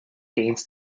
gains